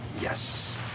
yes